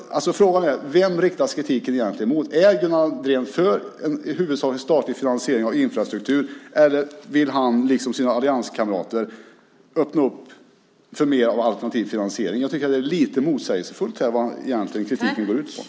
Frågan är: Vem riktas kritiken egentligen mot? Är Gunnar Andrén för en huvudsakligen statlig finansiering av infrastruktur, eller vill han, liksom sina allianskamrater öppna upp för mer av alternativ finansiering? Jag tycker att det är lite motsägelsefullt här vad kritiken egentligen går ut på.